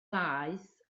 ddaeth